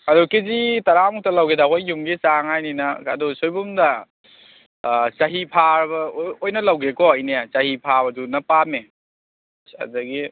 ꯑꯗꯣ ꯀꯤꯖꯤ ꯇꯔꯥꯃꯨꯛꯇ ꯂꯧꯒꯦꯗ ꯑꯩꯈꯣꯏ ꯌꯨꯝꯒꯤ ꯆꯥꯅꯤꯉꯥꯏꯅꯤꯅ ꯑꯗꯣ ꯁꯣꯏꯕꯨꯝꯗꯣ ꯆꯍꯤ ꯐꯥꯔꯕ ꯑꯣꯏꯅ ꯂꯧꯒꯦꯀꯣ ꯏꯅꯦ ꯆꯍꯤ ꯐꯥꯕꯗꯨꯅ ꯄꯥꯝꯃꯦ ꯑꯗꯒꯤ